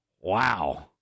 Wow